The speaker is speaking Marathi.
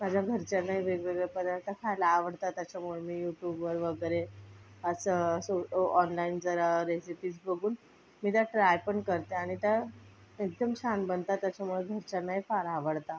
माझ्या घरच्यांनाही वेगवेगळे पदार्थ खायला आवडतात त्याच्यामुळे मी यूटूबवर वगैरे असं ऑनलाईन जरा रेसिपीज बघून मी त्या ट्राय पण करते आणि त्या एकदम छान बनतात त्याच्यामुळे घरच्यांनाही फार आवडतात